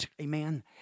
amen